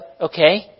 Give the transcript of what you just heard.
okay